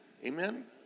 Amen